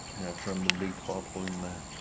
know, from the big bottle in the